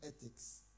ethics